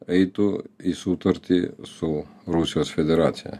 eitų į sutartį su rusijos federacija